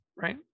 right